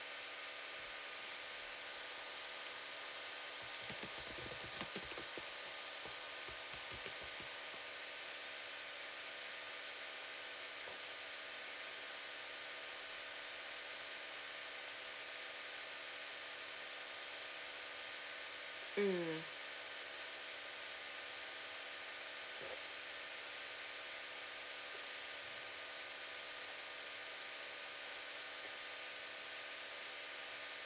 mm